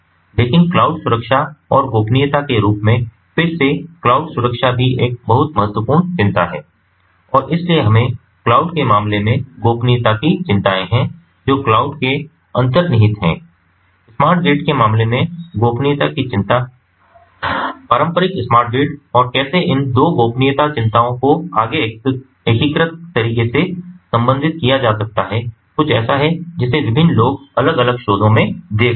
लेकिन क्लाउड सुरक्षा और गोपनीयता के रूप में फिर से क्लाउड सुरक्षा भी एक बहुत महत्वपूर्ण चिंता है और इसलिए हमें क्लाउड के मामले में गोपनीयता की चिंताएं हैं जो क्लाउड में अंतर्निहित हैं स्मार्ट ग्रिड के मामले में गोपनीयता की चिंता पारंपरिक स्मार्ट ग्रिड और कैसे इन 2 गोपनीयता चिंताओं को आगे एकीकृत तरीके से संबोधित किया जा सकता है कुछ ऐसा है जिसे विभिन्न लोग अलग अलग शोधों में देख रहे हैं